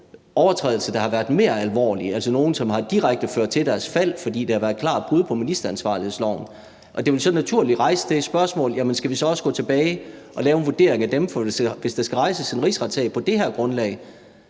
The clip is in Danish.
overtrædelser, der har været mere alvorlige, altså nogle, der direkte har ført til deres fald, fordi der har været klare brud på ministeransvarlighedsloven. Det vil så naturligt rejse det spørgsmål, om vi så også skal gå tilbage og lave en vurdering af dem. For hvis der skal rejses en rigsretssag på det her grundlag,